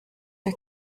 her